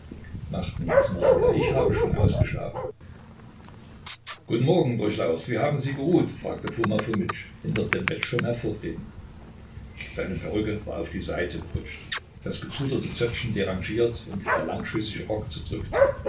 macht nichts marinjka ich habe schon ausgeschlafen guten morgen durchlaucht wie haben sie geruht fragte foma fomitsch hinter dem bettschirm hervortretend seine perücke war auf die seite gerutscht das gepuderte zöpfchen derangiert und der langschößige rock zerdrückt